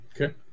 Okay